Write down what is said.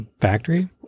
factory